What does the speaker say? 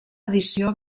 edició